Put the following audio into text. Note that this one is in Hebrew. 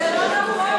אבל זה לא נכון,